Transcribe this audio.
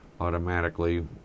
automatically